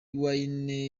wine